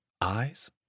Eyes